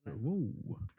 Whoa